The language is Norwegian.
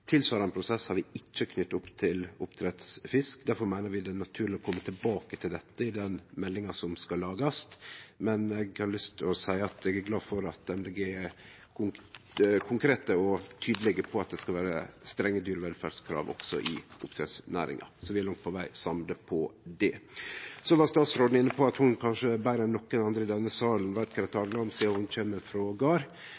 Tilsvarande prosess har vi ikkje knytt opp til oppdrettsfisk. Difor meiner vi det er naturleg å kome tilbake til dette i meldinga som skal lagast, men eg har lyst til å seie at Miljøpartiet Dei Grøne er konkrete og tydelege på at det skal vere strenge dyrevelferdskrav også i oppdrettsnæringa. Så vi er langt på veg samde i det. Statsråden var inne på at ho kanskje betre en nokon andre i denne salen